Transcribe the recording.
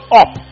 up